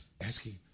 asking